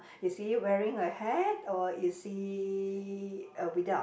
is he wearing a hat or is he uh without